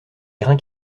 grains